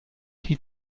die